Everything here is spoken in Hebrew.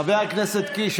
חבר הכנסת קיש,